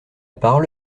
parole